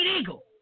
eagle